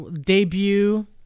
debut